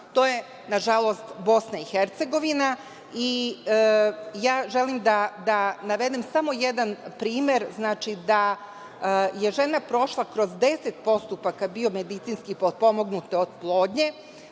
To je nažalost Bosna i Hercegovina. Ja želim da navedem samo jedan primer. Znači, žena je prošla kroz 10 postupaka biomedicinski potpomognute oplodnje,